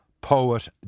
Poet